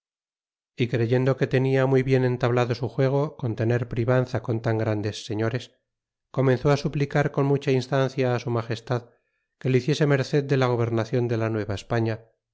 e creyendo que tenia muy bien entablado su j uego con tener privanza con tan grandes señores comenzó suplicar con mucha instancia á su magestad que le hiciese merced de la gobernacion de la